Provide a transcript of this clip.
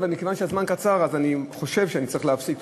אבל מכיוון שהזמן קצר אני חושב שאני צריך להפסיק.